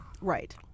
Right